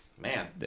Man